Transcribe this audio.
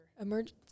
Emergency